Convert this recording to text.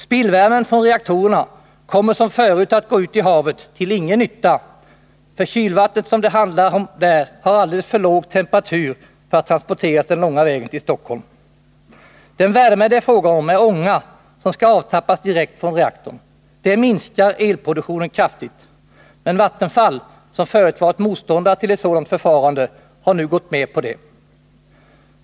Spillvärmen från reaktorerna kommer som förut att gå ut i havet till ingen nytta, för kylvattnet som det där handlar om har alldeles för låg temperatur för att transporteras den långa vägen till Stockholm. Den värme det är fråga om är ånga, som skall avtappas direkt från reaktorn. Det minskar elproduktionen kraftigt. Men Vattenfall, som förut varit motståndare till ett sådant förfarande, har nu gått med på det.